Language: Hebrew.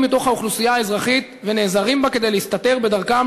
מתוך האוכלוסייה האזרחית ונעזרים בה כדי להסתתר בדרכם